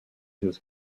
his